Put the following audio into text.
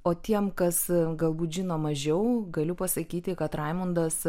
o tiem kas galbūt žino mažiau galiu pasakyti kad raimundas